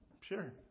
Sure